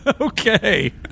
Okay